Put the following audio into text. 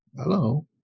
Hello